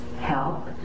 help